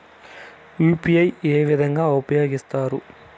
UPI ఏ విధంగా ఉపయోగిస్తారు?